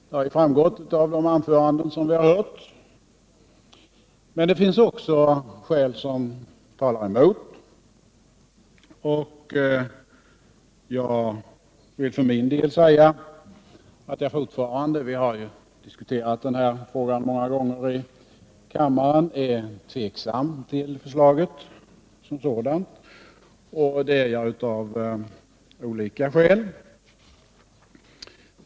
Det har framgått av de anföranden vi har hört men det finns också skäl som talar emot, och jag vill för min del säga att jag fortfarande — vi har diskuterat den här frågan många gånger i kammaren — är tveksam till förslaget som sådant. Det är jag av olika skäl.